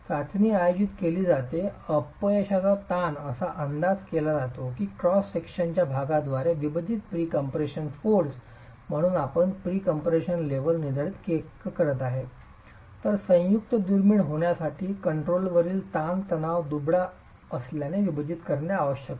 चाचणी आयोजित केली जाते अपयशाचा ताण असा अंदाज केला जातो की क्रॉस सेक्शनच्या भागाद्वारे विभाजित प्रीकम्प्रेशन फोर्स म्हणून आपण प्रीकम्प्रेशन लेव्हल निर्धारित केले आहे तर संयुक्त दुर्मिळ होण्यासाठी कंट्रोलवरील ताण तणाव दुबळा असल्याने विभाजित करणे आवश्यक आहे